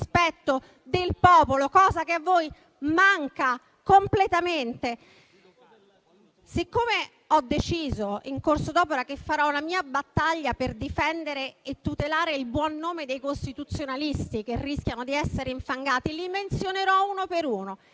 del popolo, che a voi manca completamente. Siccome ho deciso in corso d'opera che farò una mia battaglia per difendere e tutelare il buon nome dei costituzionalisti che rischiano di essere infangati, li menzionerò uno per uno.